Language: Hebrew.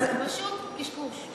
זה פשוט קשקוש.